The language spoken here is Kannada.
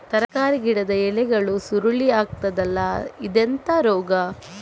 ತರಕಾರಿ ಗಿಡದ ಎಲೆಗಳು ಸುರುಳಿ ಆಗ್ತದಲ್ಲ, ಇದೆಂತ ರೋಗ?